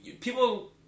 People